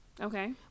Okay